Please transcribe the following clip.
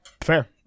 Fair